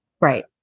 Right